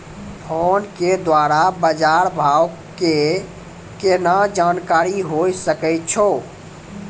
Phone के द्वारा बाज़ार भाव के केना जानकारी होय सकै छौ?